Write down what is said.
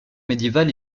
médiéval